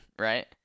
right